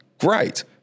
Great